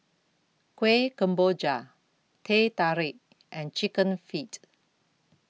Kueh Kemboja Teh Tarik and Chicken Feet